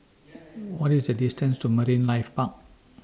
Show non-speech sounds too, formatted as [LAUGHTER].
[NOISE] What IS The distance to Marine Life Park